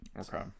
okay